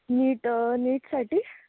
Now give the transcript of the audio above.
नीट नीटसाठी